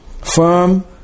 Firm